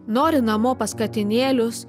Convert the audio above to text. nori namo pas katinėlius